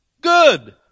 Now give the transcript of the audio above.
good